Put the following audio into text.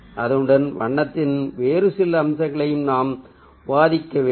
அதனுடன் வண்ணத்தின் வேறு சில அம்சங்களையும் நாம் விவாதிக்க வேண்டும்